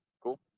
Cool